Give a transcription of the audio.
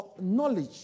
knowledge